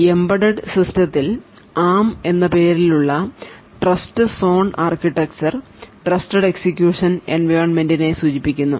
embedded സിസ്റ്റത്തിൽ ARM എന്ന പേരിൽ ഉള്ള trust zone architecture trusted execution എൻവയോൺമെന്റിനെ സൂചിപ്പിക്കുന്നു